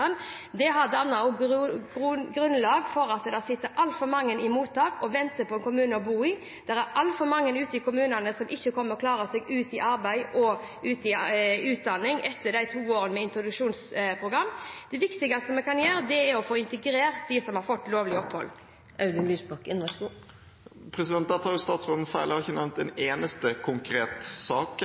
Det har dannet grunnlag for at det sitter altfor mange i mottak og venter på en kommune å bo i. Det er altfor mange ute i kommunene som ikke klarer å komme seg ut i arbeid eller utdanning etter de to årene med introduksjonsprogram. Det viktigste vi kan gjøre, er å få integrert dem som har fått lovlig opphold. Statsråden tar feil – jeg har ikke nevnt en eneste konkret sak